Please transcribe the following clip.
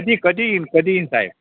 कधी कधी येईन कधी येईन साहेब